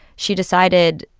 she decided,